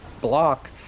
block